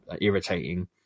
irritating